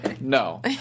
No